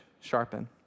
sharpen